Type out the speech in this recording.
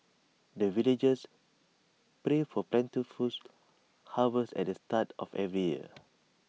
the villagers pray for plentiful harvest at the start of every year